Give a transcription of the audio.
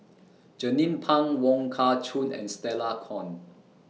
Jernnine Pang Wong Kah Chun and Stella Kon